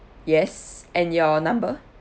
yes and your number